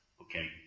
Okay